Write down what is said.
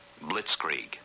Blitzkrieg